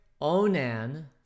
Onan